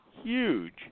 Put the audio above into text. huge